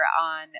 on